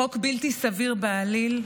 חוק בלתי סביר בעליל,